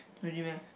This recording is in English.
really meh